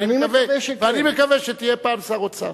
אני מקווה שתהיה פעם שר אוצר.